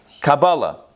Kabbalah